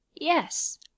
Yes